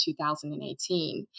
2018